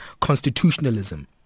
constitutionalism